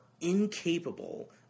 incapable